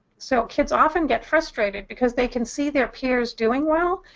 so kids often get frustrated because they can see their peers doing well,